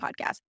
podcast